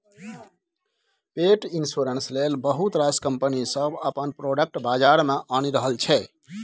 पेट इन्स्योरेन्स लेल बहुत रास कंपनी सब अपन प्रोडक्ट बजार मे आनि रहल छै